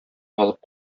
алып